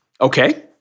Okay